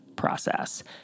Process